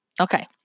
Okay